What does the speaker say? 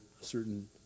certain